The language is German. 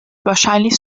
wahrscheinlich